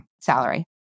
salary